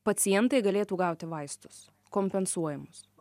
pacientai galėtų gauti vaistus kompensuojamus